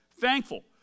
thankful